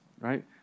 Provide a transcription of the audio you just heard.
right